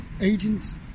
Agents